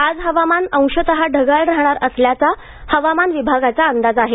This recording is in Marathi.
आज हवामान अंशतः ढगाळ राहणार असल्याचा हवामान विभागाचा अंदाज आहे